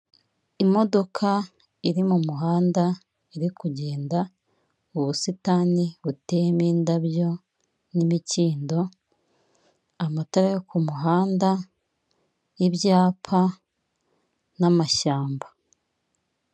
Imodoka iri mu muhanda iri kugenda, ubusitani buteyemo indabyo n'imikindo, amatara yo ku muhanda n'ibyapa n'amashyamba.